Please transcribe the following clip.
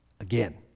again